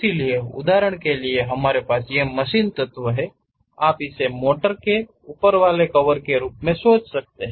इसलिए उदाहरण के लिए हमारे पास यह मशीन तत्व है आप इसे मोटर के ऊपरवाले कवर के रूप में सोच सकते हैं